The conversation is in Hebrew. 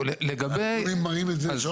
הנתונים מראים את זה.